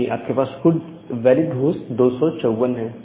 यानी आपके पास कुल वैलिड होस्ट 254 हैं